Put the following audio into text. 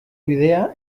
bidea